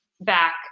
back